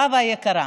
חוה היקרה,